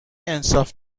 انصاف